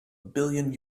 billion